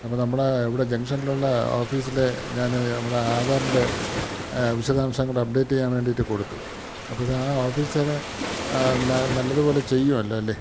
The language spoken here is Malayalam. അപ്പം നമ്മുടെ ഇവിടെ ജംഗഷനിലുള്ള ഓഫീസിലെ ഞാൻ നമ്മുടെ ആധാറിൻ്റെ വിശദാംശങ്ങൾ അപ്പ്ഡേറ്റ് ചെയ്യാൻ വേണ്ടിയിട്ട് കൊടുത്തു അപ്പോഴ് ആ ഓഫീസറ് നല്ലതുപോലെ ചെയ്യുമല്ലോ അല്ലേ